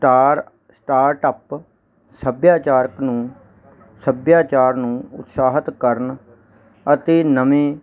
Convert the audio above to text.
star start up ਸੱਭਿਆਚਾਰਕ ਨੂੰ ਸੱਭਿਆਚਾਰ ਨੂੰ ਉਤਸਾਹਿਤ ਕਰਨ ਅਤੇ ਨਵੇਂ